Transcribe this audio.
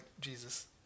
Jesus